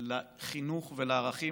לחינוך ולערכים.